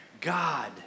God